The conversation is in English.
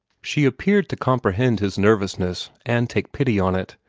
she appeared to comprehend his nervousness and take pity on it,